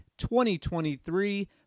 2023